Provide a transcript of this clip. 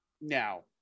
now